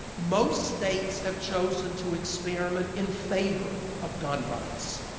most states have chosen to experiment in favor of gun rights.